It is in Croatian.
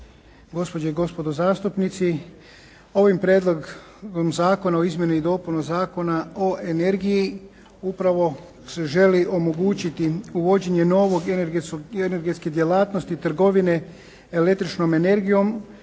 gospodo i gospođe zastupnici. Ovim prijedlogom zakona o izmjeni i dopuni Zakona o energiji upravo se želi omogućiti uvođenje nove energetske djelatnosti trgovine električnom energijom